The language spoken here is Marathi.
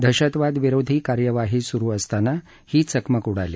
दहशतवाद विरोधी कार्यवाही सुरु असताना ही चकमक उडाली